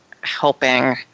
helping